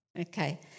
Okay